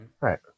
Right